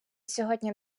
сьогодні